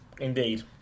Indeed